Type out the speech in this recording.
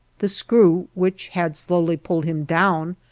the screw, which had slowly pulled him down,